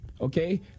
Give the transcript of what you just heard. Okay